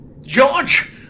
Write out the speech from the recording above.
George